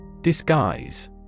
Disguise